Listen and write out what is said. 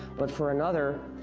but for another,